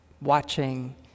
watching